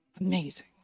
Amazing